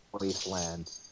wasteland